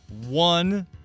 one